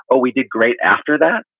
oh, we did great after that.